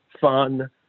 fun